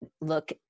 look –